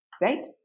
Right